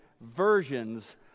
versions